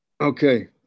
Okay